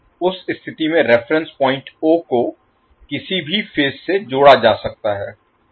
उस स्थिति में रेफेरेंस पॉइंट ओ को किसी भी फेज से जोड़ा जा सकता है